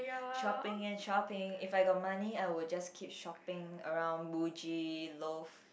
shopping and shopping if I got money I will just keep shopping around Muji Loft